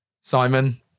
Simon